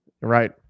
Right